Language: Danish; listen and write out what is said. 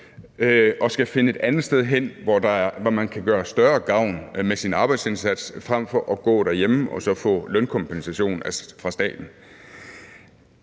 skal finde et andet sted hen, hvor man kan gøre større gavn med sin arbejdsindsats frem for at gå derhjemme og så få lønkompensation fra staten.